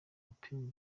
upima